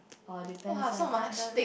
orh depends lah sometime